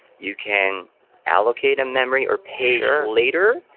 you can allocate a memory or page later.